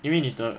因为你的